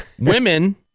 Women